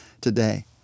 today